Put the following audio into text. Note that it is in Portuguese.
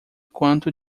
quanto